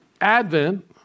Advent